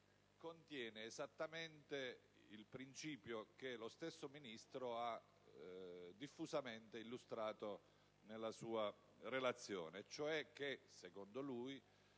contiene esattamente il principio che lo stesso Ministro ha diffusamente illustrato nella sua relazione, cioè che sulla